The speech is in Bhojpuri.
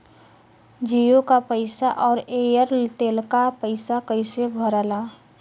जीओ का पैसा और एयर तेलका पैसा कैसे भराला?